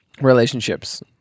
relationships